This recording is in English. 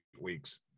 weeks